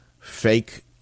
fake